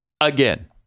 again